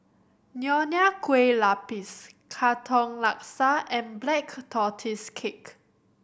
Nonya Kueh Lapis Katong Laksa and Black Tortoise Cake